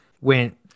went